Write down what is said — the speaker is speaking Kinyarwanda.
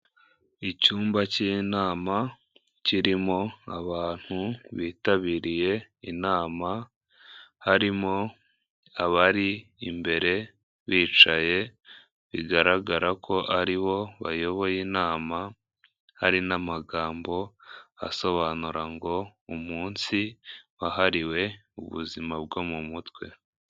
Icyumba cy'inama kirimo abantu bitabiriye inama harimo abari imbere bicaye bigaragara ko ari bo bayoboye inama hari n'amagambo asobanura ngo umunsi wahariwe ubuzima bwo mu mutwe.